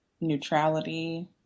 neutrality